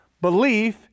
belief